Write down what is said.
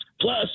Plus